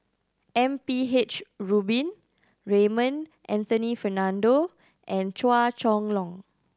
M P H Rubin Raymond Anthony Fernando and Chua Chong Long